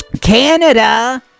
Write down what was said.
canada